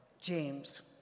James